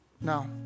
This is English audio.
no